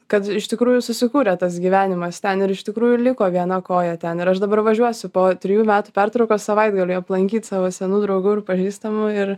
kad iš tikrųjų susikūrė tas gyvenimas ten ir iš tikrųjų liko viena koja ten ir aš dabar važiuosiu po trijų metų pertraukos savaitgaliui aplankyt savo senų draugų pažįstamų ir